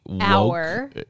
hour